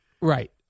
Right